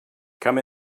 come